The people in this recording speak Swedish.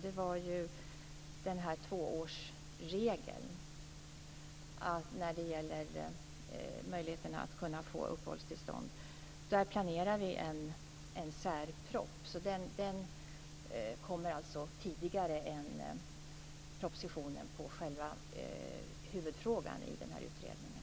Det var tvåårsregeln, som gäller möjligheten att få uppehållstillstånd. Där planerar vi en särproposition. Den kommer alltså tidigare än propositionen i själva huvudfrågan för den här utredningen.